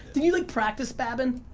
did you like practice babin?